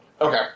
Okay